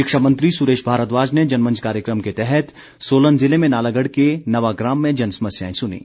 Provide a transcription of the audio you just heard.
शिक्षा मंत्री सुरेश भारद्वाज ने जनमंच कार्यक्रम के तहत सोलन ज़िले में नालागढ़ के नवांग्राम में जनसमस्याएं सुनीं